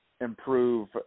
improve